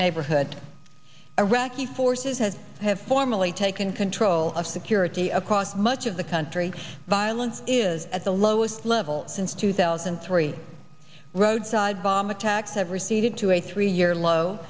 neighborhood iraqi forces has have formally taken control of security across much of the country violence is at the lowest level since two thousand and three roadside bomb attacks have receded to a three year low